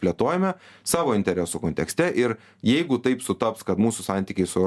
plėtojame savo interesų kontekste ir jeigu taip sutaps kad mūsų santykiai su